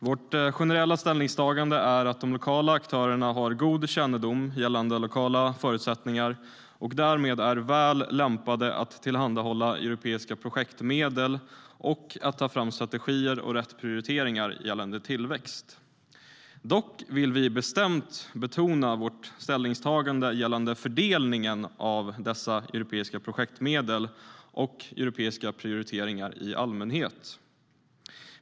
Vårt generella ställningstagande är att de lokala aktörerna har god kännedom om lokala förutsättningar och därmed är väl lämpade att tillhandahålla europeiska projektmedel och ta fram strategier och rätt prioriteringar för tillväxt. Vi vill dock bestämt betona vårt ställningstagande gällande fördelningen av dessa europeiska projektmedel och europeiska prioriteringar i allmänhet.